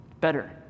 Better